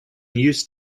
used